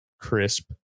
crisp